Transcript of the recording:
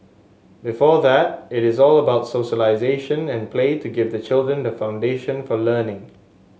before that it is all about socialisation and play to give the children the foundation for learning